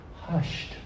hushed